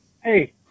Hey